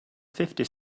fifty